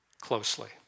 closely